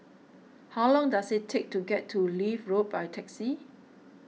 how long does it take to get to Leith Road by taxi